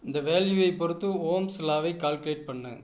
இந்த வேல்யூவை பொருத்து ஓம்ஸ் லாவை கால்குலேட் பண்ணு